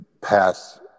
Pass